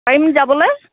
পাৰিম যাবলৈ